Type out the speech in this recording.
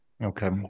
Okay